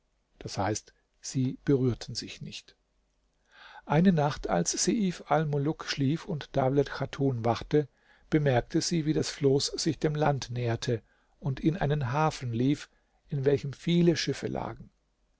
d h sie berührten sich nicht eine nacht als seif almuluk schlief und dawlet chatun wachte bemerkte sie wie das floß sich dem land näherte und in einen hafen lief in welchem viele schiffe lagen